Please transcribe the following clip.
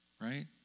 right